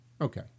Okay